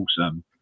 awesome